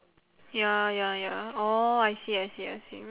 ya ya ya orh I see I see I see